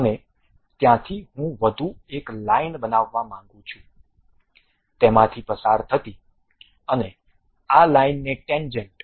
અને ત્યાંથી હું વધુ એક લાઇન બનાવા માંગુ છુંતેમાંથી પસાર થતી અને આ લાઇનને ટેન્જેન્ટ